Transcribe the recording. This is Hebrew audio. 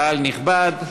קהל נכבד.